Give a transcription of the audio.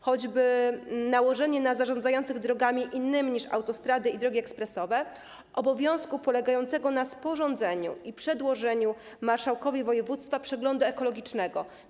Chodzi choćby o nałożenie na zarządzających drogami innymi niż autostrady i drogi ekspresowe obowiązku polegającego na sporządzeniu i przedłożeniu marszałkowi województwa przeglądu ekologicznego.